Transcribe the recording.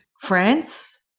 France